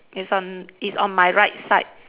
it's on it's on my right side